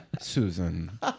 Susan